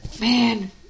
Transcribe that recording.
man